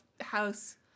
house